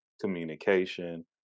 communication